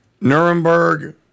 Nuremberg